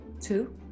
two